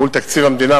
מול תקציב המדינה,